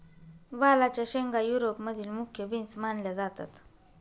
वालाच्या शेंगा युरोप मधील मुख्य बीन्स मानल्या जातात